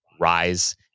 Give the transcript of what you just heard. rise